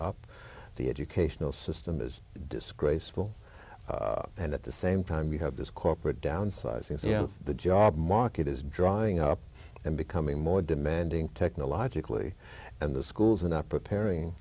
up the educational system is disgraceful and at the same time you have this corporate downsizing you know the job market is drying up and becoming more demanding technologically and the schools are not preparing